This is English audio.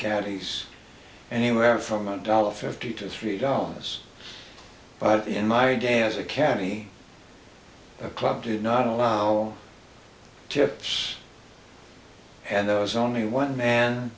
caddies anywhere from one dollar fifty to three dollars but in my day as a canny club did not allow tips and there was only one man